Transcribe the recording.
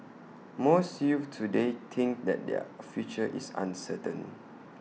most youths today think that their future is uncertain